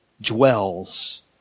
dwells